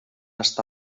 està